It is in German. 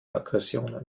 aggressionen